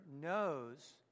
knows